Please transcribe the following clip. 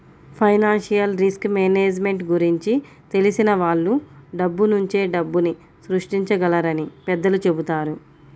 financial risk management గురించి తెలిసిన వాళ్ళు డబ్బునుంచే డబ్బుని సృష్టించగలరని పెద్దలు చెబుతారు